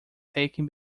taken